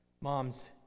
moms